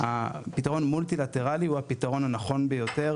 הפתרון המולטי-לטראלי הוא הפתרון הנכון ביותר,